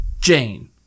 Jane